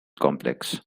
complex